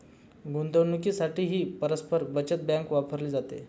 गुंतवणुकीसाठीही परस्पर बचत बँक वापरली जाते